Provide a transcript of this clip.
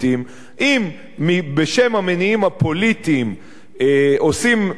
אם בשם המניעים הפוליטיים עושים צעד כזה,